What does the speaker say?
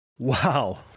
Wow